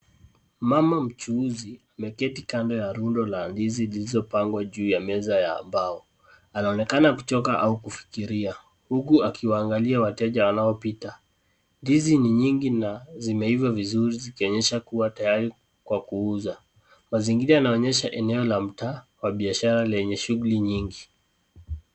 Mama mchuuzi ameketi kando ya rundo la ndizi zilizopangwa juu ya meza ya mbao. Anaonekana kuchoka au kufikiria huku akiwaangalia wateja wanaopita. Ndizi ni nyingi na zimeiva vizuri zikionyesha kuwa tayari kwa kuuza. Mazingira yanaonyesha sehemu ya mtaa yenye shughuli nyingi.